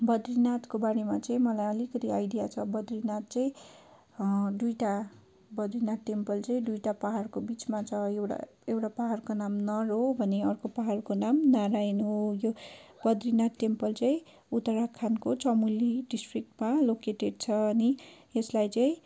बद्रीनाथको बारेमा चाहिँ मलाई अलिकति आइडिया छ बद्रीनाथ चाहिँ दुईवटा बद्रीनाथ टेम्पल चाहिँ दुईवटा पाहाडको बिचमा छ एउटा एउटा पाहाडको नाम नर हो भने अर्को पाहाडको नाम नारायण हो यो बद्रीनाथ टेम्पल चाहिँ उत्तराखण्डको चमौली डिस्ट्रिकमा लोकेटेट छ अनि यसलाई चाहिँ